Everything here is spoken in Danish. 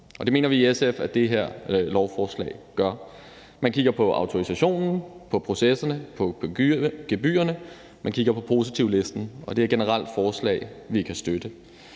Det mener vi i SF at det her lovforslag gør. Man kigger på autorisationen, på processerne, på gebyrerne, og man kigger på positivlisten. Det her er et generelt forslag, vi kan støtte.